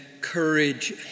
courage